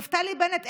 נפתלי בנט,